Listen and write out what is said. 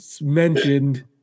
mentioned